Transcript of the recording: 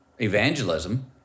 evangelism